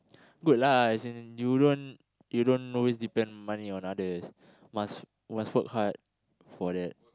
good lah as in you don't you don't always depend money on others must must work hard for that